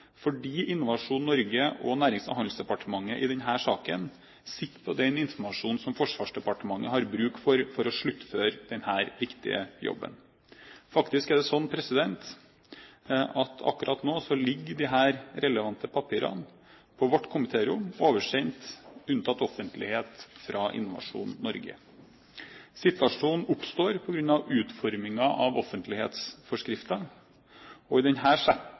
fordi Innovasjon Norge og Nærings- og handelsdepartementet i denne saken sitter på den informasjonen som Forsvarsdepartementet har bruk for for å sluttføre denne viktige jobben. Akkurat nå ligger disse relevante papirene på vårt komitérom, oversendt – unntatt offentlighet – fra Innovasjon Norge. Situasjonen oppstår på grunn av utformingen av offentlighetsforskriften. I denne saken setter det forvaltningen og bruken av offentlige penger i